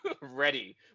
ready